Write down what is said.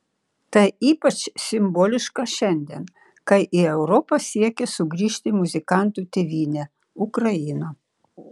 tai ypač simboliška šiandien kai į europą siekia sugrįžti muzikantų tėvynė ukraina